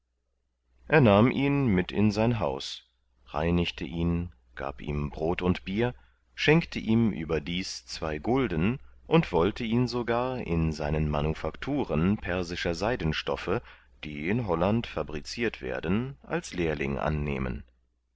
er nahm ihn mit in sein haus reinigte ihn gab ihm brot und bier schenkte ihm überdies zwei gulden und wollte ihn sogar in seinen manufacturen persischer seidenstoffe die in holland fabricirt werden als lehrling annehmen